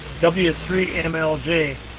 W3MLJ